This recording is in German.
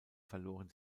verloren